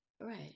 Right